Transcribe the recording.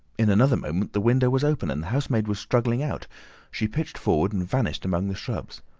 in another moment the window was open, and the housemaid was struggling out she pitched forward and vanished among the shrubs.